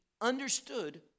understood